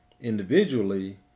individually